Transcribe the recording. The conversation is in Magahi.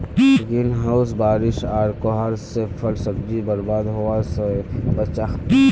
ग्रीन हाउस बारिश आर कोहरा से फल सब्जिक बर्बाद होवा से बचाहा